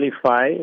qualify